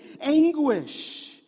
anguish